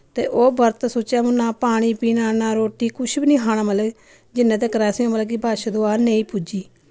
ते ओह् बर्त सुच्चे मुंह ना पानी पीना ना रुट्टी किश बी निं खाना मतलब जिन्ने तकर असें मतलब कि बच्छ दुआ नेईं पूजी